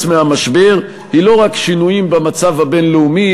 מהמשבר היא לא רק שינויים במצב הבין-לאומי,